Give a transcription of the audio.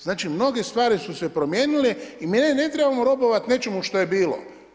Znači mnoge stvari su se promijenile i mi ne trebamo robovati nečime što je bilo.